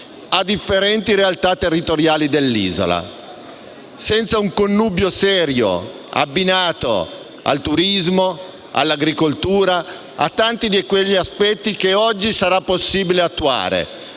a differenti realtà territoriali dell'isola, senza un connubio serio abbinato al turismo, all'agricoltura e a tanti di quegli aspetti che oggi sarà possibile attuare